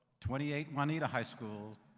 twenty eight juanita high school.